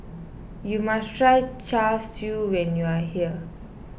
you must try Char Siu when you are here